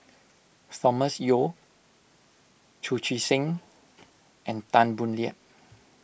Thomas Yeo Chu Chee Seng and Tan Boo Liat